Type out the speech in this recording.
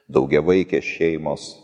daugiavaikės šeimos